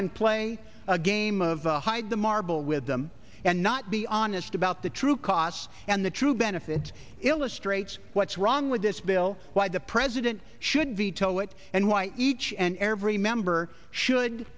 and play a game of hide the marble with them and not be honest about the true costs and the true benefits illustrates what's wrong with this bill why the president should be told what and why each and every member should